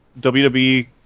WWE